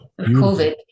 COVID